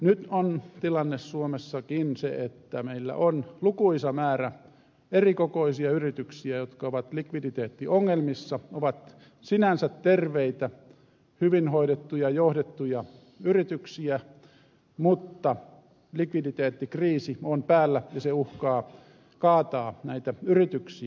nyt on tilanne suomessakin se että meillä on lukuisa määrä erikokoisia yrityksiä jotka ovat likviditeettiongelmissa ovat sinänsä terveitä hyvin hoidettuja johdettuja yrityksiä mutta likviditeettikriisi on päällä ja uhkaa kaataa näitä yrityksiä